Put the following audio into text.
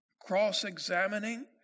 cross-examining